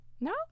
No